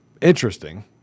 interesting